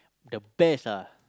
the best ah